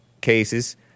cases